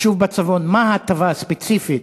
יישוב בצפון, מה ההטבה הספציפית?